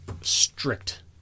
strict